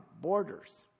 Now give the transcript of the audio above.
borders